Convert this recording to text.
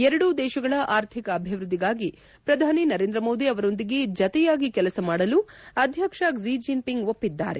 ಎರಡೂ ದೇಶಗಳ ಆರ್ಥಿಕ ಅಭಿವೃದ್ದಿಗಾಗಿ ಪ್ರಧಾನಿ ನರೇಂದ್ರ ಮೋದಿ ಅವರೊಂದಿಗೆ ಜತೆಯಾಗಿ ಕೆಲಸ ಮಾಡಲು ಅಧ್ಯಕ್ಷ ಕ್ಲಿ ಜಿನ್ಪಿಂಗ್ ಒಪ್ಪಿದ್ದಾರೆ